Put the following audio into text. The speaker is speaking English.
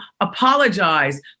apologize